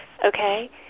Okay